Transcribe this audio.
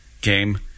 game